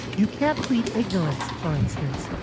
you can't plead ignorance. for instance,